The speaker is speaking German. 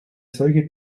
solche